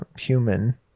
human